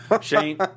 Shane